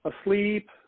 asleep